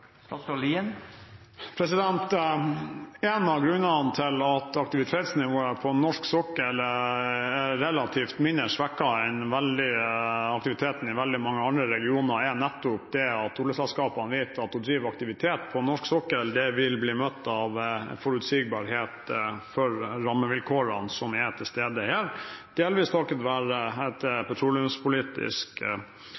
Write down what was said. En av grunnene til at aktivitetsnivået på norsk sokkel er relativt mindre svekket enn aktiviteten i veldig mange andre regioner, er nettopp at oljeselskapene vet at å drive aktivitet på norsk sokkel vil bli møtt av forutsigbarhet i rammevilkårene som er til stede her – delvis takket være